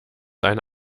eine